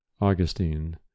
Augustine